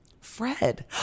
Fred